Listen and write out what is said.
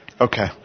Okay